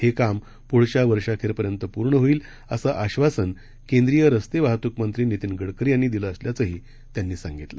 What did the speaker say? हे काम प्ढच्या वर्षअखेरपर्यंत पूर्ण होईल असं आश्वासन केंद्रीय रस्ते वाहत्क मंत्री नितीन गडकरी यांनी दिलं असल्याचंही त्यांनी सांगितलं